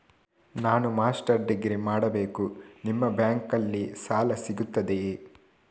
ನಾನು master degree ಮಾಡಬೇಕು, ನಿಮ್ಮ ಬ್ಯಾಂಕಲ್ಲಿ ಸಾಲ ಸಿಗುತ್ತದೆಯೇ?